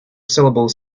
syllables